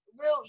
real